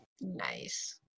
Nice